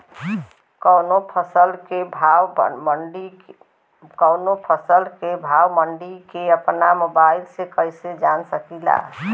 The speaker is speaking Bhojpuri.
कवनो फसल के भाव मंडी के अपना मोबाइल से कइसे जान सकीला?